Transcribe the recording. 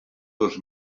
dos